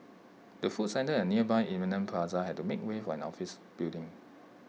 the food centre and nearby Eminent plaza had to make way for an office building